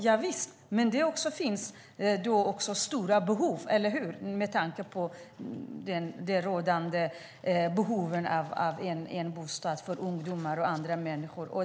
Javisst, men då finns det också stora behov - eller hur - med tanke på behoven av bostäder för ungdomar och andra människor.